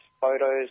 photos